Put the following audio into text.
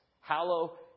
hallow